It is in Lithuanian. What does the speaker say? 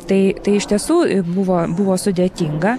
tai tai iš tiesų buvo buvo sudėtinga